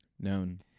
Known